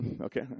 Okay